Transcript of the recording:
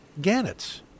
Gannets